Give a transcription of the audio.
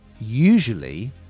usually